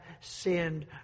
sinned